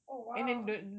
oh !wow!